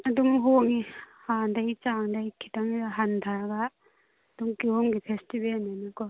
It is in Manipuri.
ꯑꯗꯨꯝ ꯍꯣꯡꯉꯦ ꯍꯥꯟꯅꯗꯒꯤ ꯆꯥꯡꯗꯩ ꯈꯤꯇꯪꯁꯨ ꯍꯟꯊꯔꯒ ꯑꯗꯨꯝ ꯀꯤꯍꯣꯝꯒꯤ ꯐꯦꯁꯇꯤꯕꯦꯜꯅꯤꯅꯀꯣ